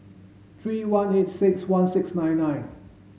three one eight six one six nine nine